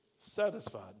satisfied